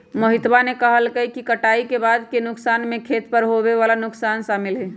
मोहितवा ने कहल कई कि कटाई के बाद के नुकसान में खेत पर होवे वाला नुकसान शामिल हई